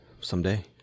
Someday